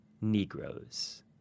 Negroes